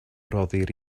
rhoddir